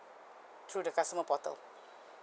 through the customer portal